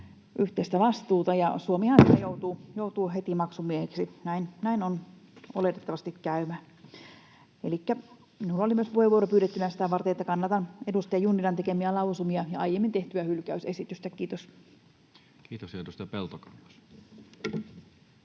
maiden kanssa. Suomihan tässä joutuu heti maksumieheksi. Näin on oletettavasti käymässä. Minulla oli puheenvuoro pyydettynä myös sitä varten, että kannatan edustaja Junnilan tekemiä lausumia ja aiemmin tehtyä hylkäysesitystä. — Kiitos. [Speech 112] Speaker: